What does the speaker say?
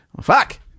fuck